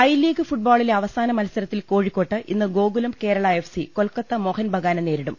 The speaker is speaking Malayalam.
ഐ ലീഗ് ഫുട്ബോളിലെ അവസാന മത്സരത്തിൽ കോഴിക്കോട്ട് ഇന്ന് ഗോകുലം കേരള എഫ്സി കൊൽക്കത്ത മോഹൻബഗാനെ നേരിടും